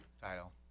Title